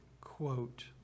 quote